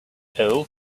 ill